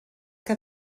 que